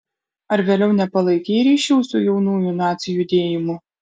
ar vėliau nepalaikei ryšių su jaunųjų nacių judėjimu